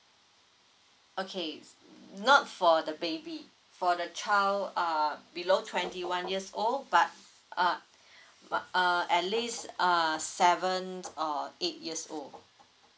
okay not for the baby for the child uh below twenty one years old but uh but uh at least uh seven or eight years old